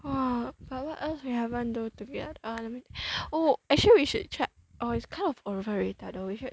!wah! but what else we haven't do together uh let me oh actually we should check oh it's kind of overrated we should